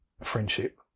friendship